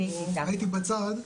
הייתי בצד,